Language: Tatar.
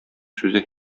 сүзе